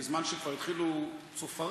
בזמן שכבר התחילו צופרים,